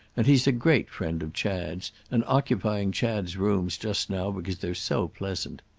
and he's a great friend of chad's, and occupying chad's rooms just now because they're so pleasant.